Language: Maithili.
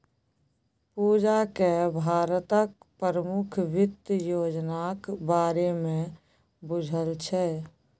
पूजाकेँ भारतक प्रमुख वित्त योजनाक बारेमे बुझल छै